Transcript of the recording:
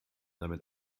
damit